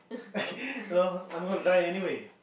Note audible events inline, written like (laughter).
(noise) L_O_L I going to die anyway